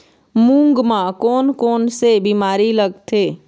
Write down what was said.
मूंग म कोन कोन से बीमारी लगथे?